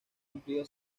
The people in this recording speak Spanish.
cumplido